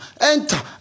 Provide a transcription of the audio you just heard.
Enter